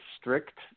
strict